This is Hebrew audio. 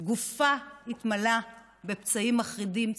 שגופה התמלא בפצעים מחרידים,